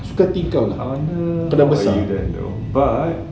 suka hati kau kau dah besar